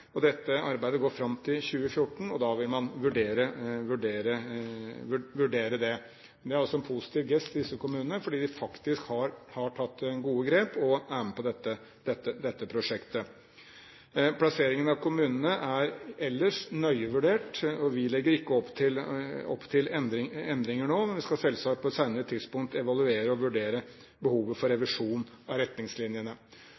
Dette arbeidet går fram til 2014, og da vil man vurdere det. Det er altså en positiv gest overfor disse kommunene, fordi de faktisk har tatt gode grep og er med på dette prosjektet. Plasseringen av kommunene er ellers nøye vurdert, og vi legger ikke opp til endringer nå, men vi skal selvsagt på et senere tidspunkt evaluere og vurdere behovet for